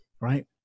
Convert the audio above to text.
Right